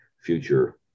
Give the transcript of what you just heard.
future